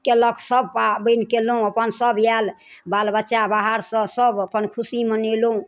केलक सब पाबैन केलहुँ अपन सब आयल बाल बच्चा बाहरसँ सब अपन खुशी मनेलौं